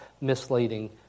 misleading